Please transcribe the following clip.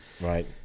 Right